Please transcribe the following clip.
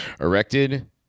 erected